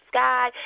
Sky